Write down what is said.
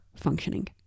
functioning